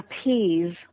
appease